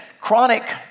chronic